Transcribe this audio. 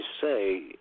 say